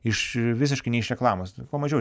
iš visiškai ne iš reklamos kuo mažiau